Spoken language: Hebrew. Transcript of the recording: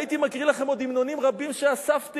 הייתי מקריא לכם עוד המנונים רבים שאספתי.